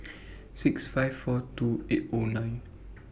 six five four two eight O nine